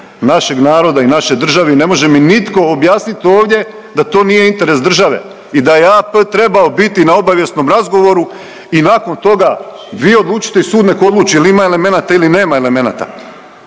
našeg naroda i naše države i ne može mi nitko objasniti ovdje da to nije interes države i da je AP trebao biti na obavijesnom razgovoru i nakon toga vi odlučite i sud nek' odluči je li ima elemenata ili nema elemenata.